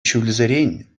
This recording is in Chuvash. ҫулсерен